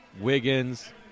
Wiggins